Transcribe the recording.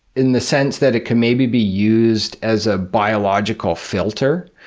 in the sense that it could maybe be used as a biological filter.